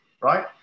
right